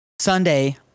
Sunday